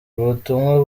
ubutumwa